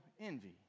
envy